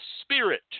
spirit